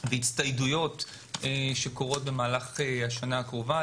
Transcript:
והצטיידות שקורות בשנה הקרובה.